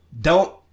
don't-